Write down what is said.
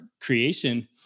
creation